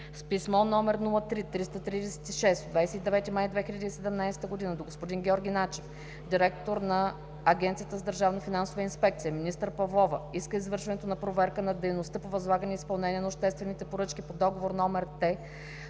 писмо № 03-336 от 29 май 2017 г., до господин Георги Начев директор на Агенцията за държавна финансова инспекция, министър Павлова иска извършването на проверка на дейността по възлагането и изпълнението на обществените поръчки: по договор №